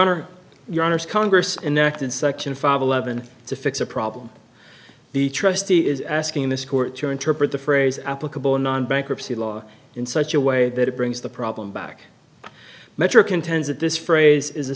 honor your honors congress enacted section five eleven to fix a problem the trustee is asking this court to interpret the phrase applicable non bankruptcy law in such a way that it brings the problem back to metro contends that this phrase is a